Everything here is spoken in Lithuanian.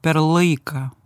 per laiką